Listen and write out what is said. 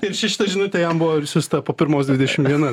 ir čia šita žinutė jam buvo išsiųsta po pirmos dvidešim viena